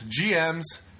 GM's